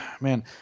man